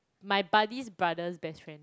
my buddy's brother's best friend